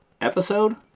episode